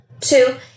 Two